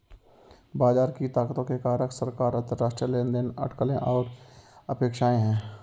बाजार की ताकतों के कारक सरकार, अंतरराष्ट्रीय लेनदेन, अटकलें और अपेक्षाएं हैं